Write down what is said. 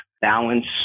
balance